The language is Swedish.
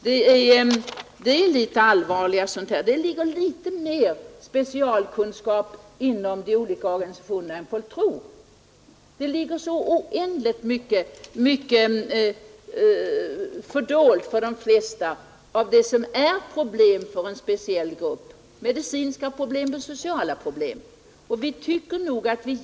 Det ligger mer specialkunskap inom de olika organisationerna än folk tror. Många problem är okända utanför den egna gruppen. Det kan vara problem av medicinsk eller social natur.